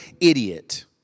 idiot